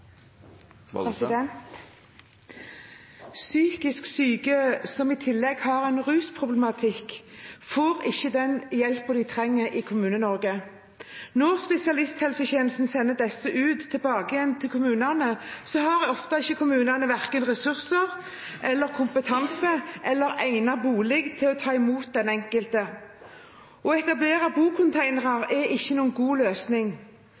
Psykisk syke som i tillegg har en rusproblematikk, får ikke den hjelpen de trenger, i Kommune-Norge. Når spesialisthelsetjenesten sender disse tilbake igjen til kommunene, har kommunene ofte verken ressurser, kompetanse eller en egnet bolig til å ta imot den enkelte. Å etablere bocontainere er ikke noen god løsning.